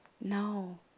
No